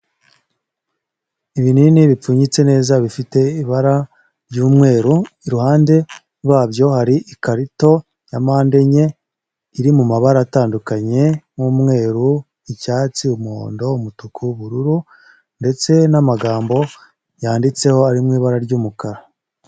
Ibinini bipfunyitse neza bifite ibara ry'umweru, iruhande rwabyo hari ikarito ya mpande enye, iri mu mabara atandukanye nk'umweru, icyatsi, umuhondo, umutuku, ubururu ndetse n'amagambo yanditseho ari mu ibara ry'umukara.